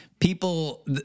People